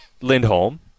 Lindholm